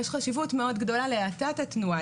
יש חשיבות מאוד גדולה להאטת התנועה,